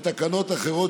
ותקנות אחרות,